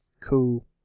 cool